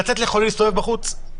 לתת לחולה להסתובב בחוץ?